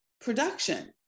production